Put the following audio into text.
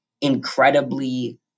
incredibly